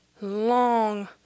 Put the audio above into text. long